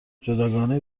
جداگانه